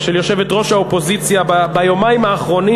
של יושבת-ראש האופוזיציה ביומיים האחרונים,